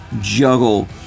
juggle